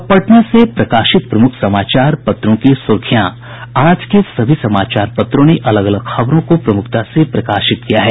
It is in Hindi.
अब पटना से प्रकाशित प्रमुख समाचार पत्रों की सुर्खियां आज के सभी समाचार पत्रों ने अलग अलग खबरों को प्रमुखता से प्रकाशित किया है